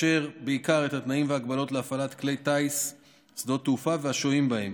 בעיקר את התנאים וההגבלות להפעלת כלי טיס ושדות תעופה והשוהים בהם.